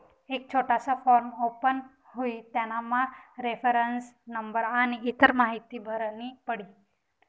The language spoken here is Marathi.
एक छोटासा फॉर्म ओपन हुई तेनामा रेफरन्स नंबर आनी इतर माहीती भरनी पडी